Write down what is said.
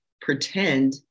pretend